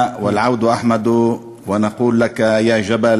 (אומר בערבית: חזרנו ומוטב לחזור.)